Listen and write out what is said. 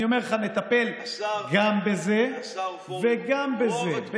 אני אומר לך: נטפל גם בזה וגם בזה.